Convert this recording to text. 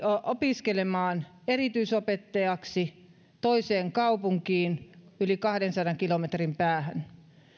opiskelemaan erityisopettajaksi toiseen kaupunkiin yli kahdensadan kilometrin päähän